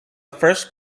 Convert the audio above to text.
first